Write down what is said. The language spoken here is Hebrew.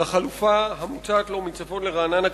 לחלופה המוצעת לו מצפון לרעננה,